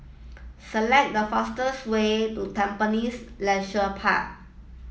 select the fastest way to Tampines Leisure Park